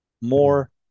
More